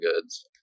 goods